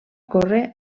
córrer